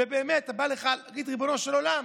ובאמת אתה בא לכאן ואומר: ריבונו של עולם,